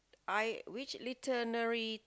I which literary